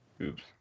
Oops